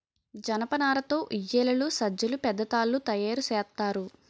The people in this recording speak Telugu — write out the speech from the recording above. జనపనార తో ఉయ్యేలలు సజ్జలు పెద్ద తాళ్లు తయేరు సేత్తారు